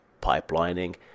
pipelining